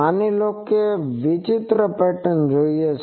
માની લો કે કોઈને વિચિત્ર પેટર્ન જોઈએ છે